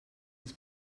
els